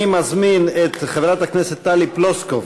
אני מזמין את חברת הכנסת טלי פלוסקוב